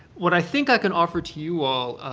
what i think i can offer to you all,